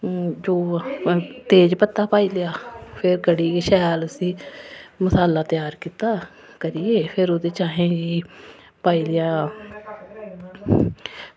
तेज़ पत्ता पाई लेआ भी कढ़ी शैल उसी मसाला त्यार कीता करियै फिर ओह्दे च असें पाई लेआ